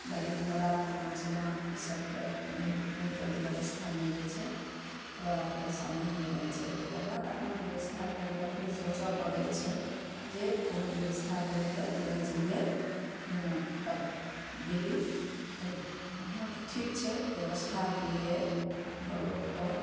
गाड़ीये घोड़ा फल्लाँ चिल्लाँ ईसब कऽ नहि ने जल्दी व्यवस्था मिलैत छै तऽ बड़ा परेशानी हो जाइत छै तकरबाद अपना व्यवस्था करि कऽ फेर सोचए पड़ैत छै जे कोन व्यवस्था करिके लऽ जैए जेना गेली तऽ वहाँ तऽ ठीक छै व्यवस्थाके लिए ब्लॉक पर